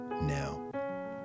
now